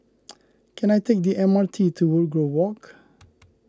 can I take the M R T to Woodgrove Walk